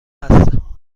هستم